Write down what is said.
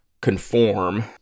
conform